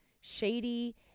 shady